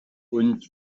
und